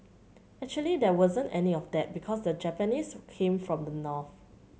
actually there wasn't any of that because the Japanese came from the north